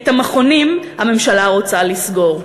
את המכונים הממשלה רוצה לסגור.